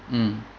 mm